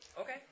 Okay